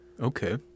Okay